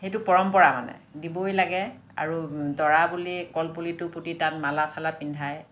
সেইটো পৰম্পৰা মানে দিবই লাগে আৰু দৰা বুলি কল পুলিটো পুতি তাত মালা চালা পিন্ধায়